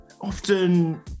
often